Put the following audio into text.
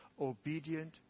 obedient